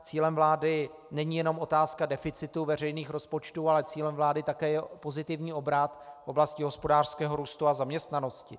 Cílem vlády není jenom otázka deficitu veřejných rozpočtů, ale cílem vlády je také pozitivní obrat v oblasti hospodářského růstu a zaměstnanosti.